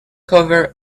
cover